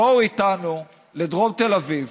בואו איתנו לדרום תל אביב.